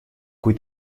cui